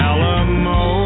Alamo